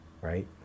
right